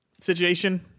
situation